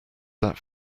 that